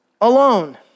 alone